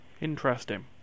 Interesting